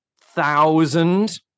thousand